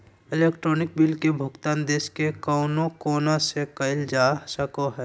electronic bill के भुगतान देश के कउनो कोना से करल जा सको हय